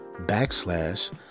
backslash